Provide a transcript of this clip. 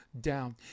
down